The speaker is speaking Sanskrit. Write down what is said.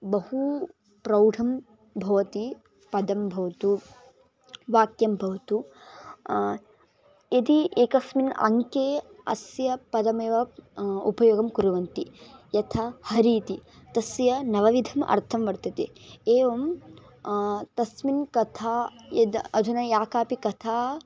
बहू प्रौढं भवति पदं भवतु वाक्यं भवतु यदि एकस्मिन् अङ्के अस्य पदमेव उपयोगं कुर्वन्ति यथा हरिः इति तस्य नवविधाः अर्थाः वर्तन्ते एवं तस्यां कथायां यद् अधुना या कापि कथा